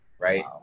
Right